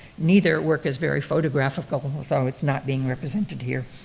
neither work is very photographical, so it's not being represented here,